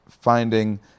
finding